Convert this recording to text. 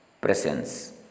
presence